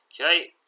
Okay